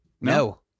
No